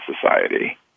society